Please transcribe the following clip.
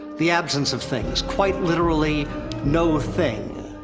the absence of things. quite literally no thing.